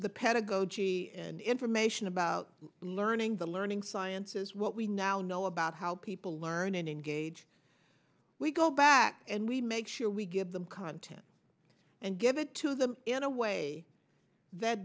the pedagogy and information about learning the learning sciences what we now know about how people learn and engage we go back and we make sure we give them content and give it to them in a way that